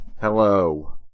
Hello